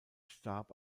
starb